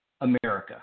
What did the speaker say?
America